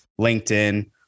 LinkedIn